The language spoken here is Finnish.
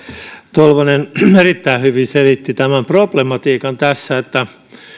tolvanen erittäin hyvin selitti tämän problematiikan tässä että